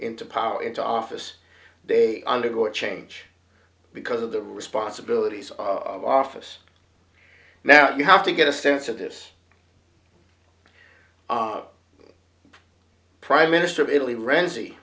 into power into office they undergo change because of the responsibilities of office now you have to get a sense of this prime minister of italy r